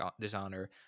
dishonor